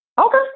okay